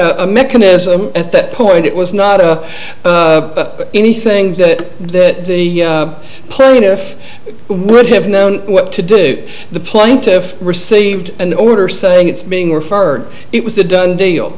a mechanism at that point it was not a any thing that that the plaintiff would have known what to do the plaintiff received an order saying it's being referred it was a done deal